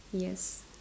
yes